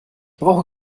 brauche